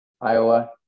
Iowa